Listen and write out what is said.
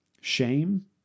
Shame